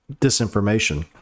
disinformation